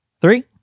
Three